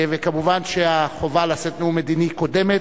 ומובן שהחובה לשאת נאום מדיני קודמת.